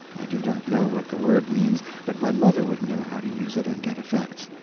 i do not know what the word means, but my mother would know how to use it and get effects.